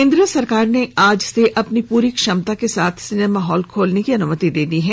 केंद्र सरकार ने आज से अपनी पूरी क्षमता के साथ सिनेमा हॉल खोलने की अनुमति दे है